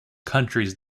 countries